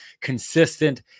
consistent